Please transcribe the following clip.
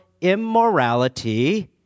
immorality